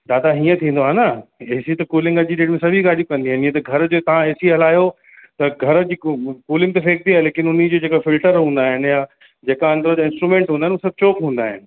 दादा ईअं थींदो आहे न एसी त कूलिंग अॼ जी डेट में सभी गाॾियूं कंदियूं आहिनि जीअं त घर जो तव्हां एसी हलायो त घर जी कू कूलिंग त सही थी हले लेकिन उन जा जेका फिल्टर हूंदा आहिनि या जेका अंदरि जा इंस्ट्रूमेंट हूंदा आहिनि उहो सभु चॉक हूंदा आहिनि